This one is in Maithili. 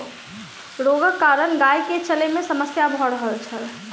रोगक कारण गाय के चलै में समस्या भ रहल छल